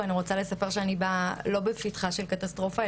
ואני רוצה לספר שאני באה לא בפתחה של קטסטרופה,